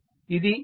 ఇది ఎంత